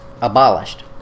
abolished